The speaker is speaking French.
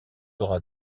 aura